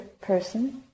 person